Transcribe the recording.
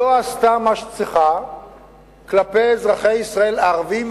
לא עשתה מה שהיא צריכה כלפי אזרחי ישראל הערבים,